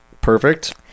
Perfect